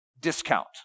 discount